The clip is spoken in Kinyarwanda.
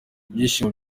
ibyishimo